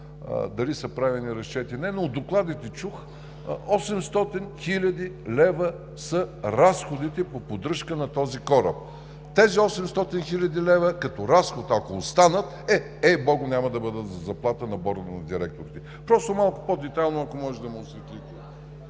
дали са правени разчети, но от докладите чух 800 хил. лв. са разходите по поддръжка на този кораб. Тези 800 хил. лв. като разход, ако останат, е, ей богу, няма да бъдат за заплата на борда на директорите. Просто малко по детайлно, ако може, да ни осветлите.